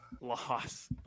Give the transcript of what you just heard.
loss